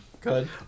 Good